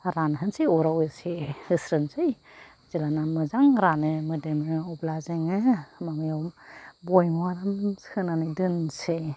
रानहोसै अराव एसे होस्रोसै जेलाना मोजां रानो मोदोमो अब्ला जोङो माबायाव बयामआव आराम सोनानै दोनसै